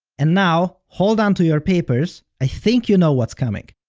and now, hold on to your papers, i think you know what's coming.